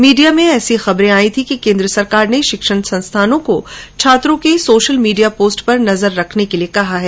media में ऐसी खबर आई थी कि केन्द्र सरकार ने शिक्षण संस्थानों को छात्रों के सोशल मीडिया पोस्ट पर नजर रखने के निर्देश दिये है